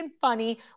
funny